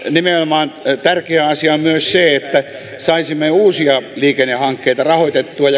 nimenomaan tärkeä asia on myös se että saisimme uusia liikennehankkeita rahoitettua